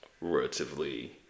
relatively